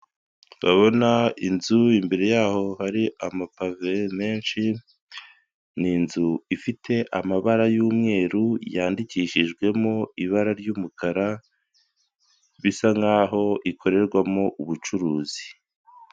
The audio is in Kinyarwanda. Babona inzu imbere yaho hari amapave menshi. Ni inzu ifite amabara y'umweru yandikishijwemo ibara ry'umukara bisa nk'aho ikorerwamo ubucuruzi.